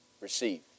receive